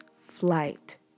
flight